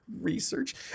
Research